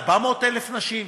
400,000 נשים,